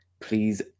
Please